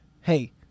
hey